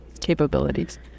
capabilities